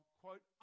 quote